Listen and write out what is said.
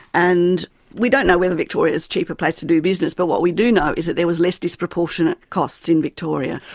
and we don't know whether victoria is a cheaper place to do business, but what we do know is that there was less disproportionate costs in victoria.